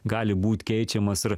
gali būt keičiamas ir